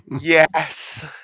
Yes